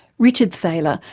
richard thaler,